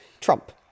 Trump